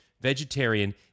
vegetarian